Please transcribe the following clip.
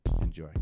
Enjoy